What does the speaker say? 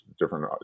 different